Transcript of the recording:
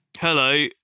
Hello